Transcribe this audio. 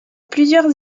plusieurs